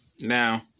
Now